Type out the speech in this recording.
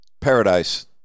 Paradise